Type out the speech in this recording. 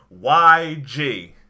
YG